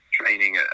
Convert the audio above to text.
training